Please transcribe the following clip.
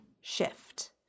shift